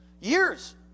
Years